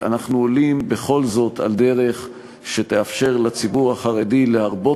אנחנו עולים בכל זאת על דרך שתאפשר לציבור החרדי להרבות